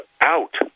out